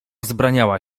wzbraniała